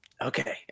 Okay